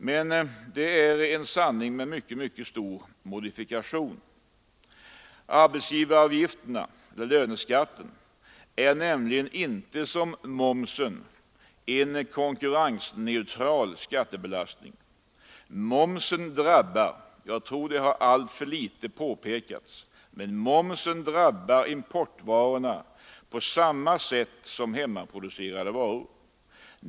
Det är emellertid en sanning med mycket stor modifikation. Arbetsgivaravgifterna — löneskatten — är nämligen inte som momsen en konkurrensneutral skattebelastning. Momsen drabbar — jag tror att detta har påpekats alltför litet — importvarorna på samma sätt som hemmaproducerade varor.